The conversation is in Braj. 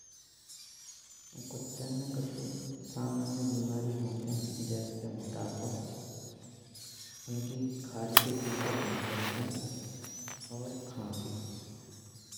कुत्तन में कछु सामान्यबि होतें, एसे के मोटापा, उनकी खाल के ऊपर इन्फेक्शन और खांसी।